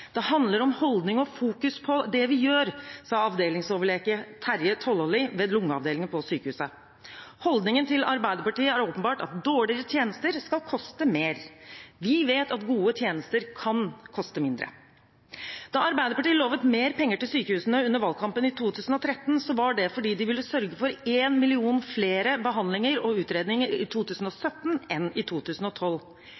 Det handler om holdning og fokus på det vi gjør, sa avdelingsoverlege Terje Tollåli ved lungeavdelingen på sykehuset. Holdningen til Arbeiderpartiet er åpenbart at dårligere tjenester skal koste mer. Vi vet at gode tjenester kan koste mindre. Da Arbeiderpartiet lovet mer penger til sykehusene under valgkampen i 2013, var det fordi de ville sørge for én million flere behandlinger og utredninger i